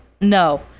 No